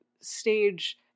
stage